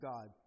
God